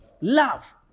Love